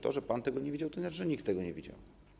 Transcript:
To, że pan tego nie widział, nie znaczy, że nikt tego nie widział.